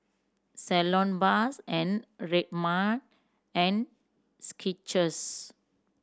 Salonpas and Red Man and Skechers